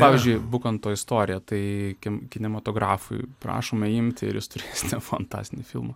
pavyzdžiui bukanto istoriją tai eikim kinematografui prašome imti ir jūs turėsite fantastinį filmą